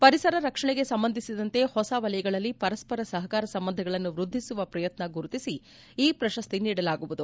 ಪರಿಸರ ರಕ್ಷಣೆಗೆ ಸಂಬಂಧಿಸಿದಂತೆ ಹೊಸ ವಲಯಗಳಲ್ಲಿ ಪರಸ್ಪರ ಸಹಕಾರ ಸಂಬಂಧಗಳನ್ನು ವೃದ್ದಿಸುವ ಪ್ರಯತ್ನಗಳನ್ನು ಗುರುತಿಸಿ ಈ ಪ್ರಶಸ್ತಿಯನ್ನು ನೀಡಲಾಗುವುದು